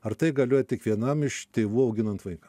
ar tai galioja tik vienam iš tėvų auginant vaiką